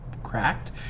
cracked